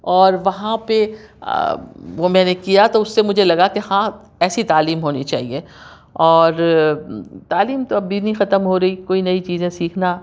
اور وہاں پہ وہ میں نے کیا تو اُس سے مجھے لگا کہ ہاں ایسی تعلیم ہونی چاہیے اور تعلیم تو اب بھی نہیں ختم ہو رہی کوئی نئی چیزیں سیکھنا